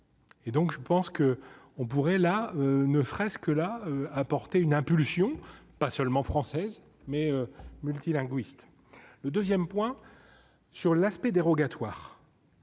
Et donc je pense que on pourrait là ne fresques là apporter une impulsion pas seulement française mais multi-linguiste le 2ème point sur l'aspect dérogatoire,